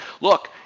Look